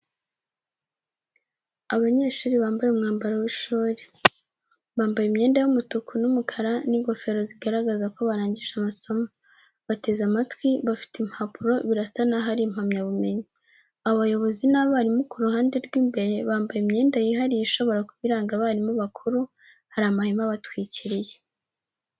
Abanyeshuri bambaye umwambaro w’ishuri. Bambaye imyenda y’umutuku n’umukara n’ingofero zigaragaza ko barangije amasomo. Bateze amatwi, bafite impapuro birasa naho ari impamyabumenyi. Abayobozi n’abarimu ku ruhande rw’imbere bambaye imyenda yihariye ishobora kuba iranga abarimu bakuru, hari amahema abatwikiriye.